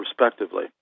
respectively